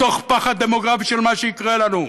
מתוך פחד דמוגרפי של מה שיקרה לנו.